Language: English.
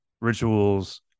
rituals